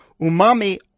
Umami